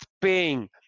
paying